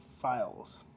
files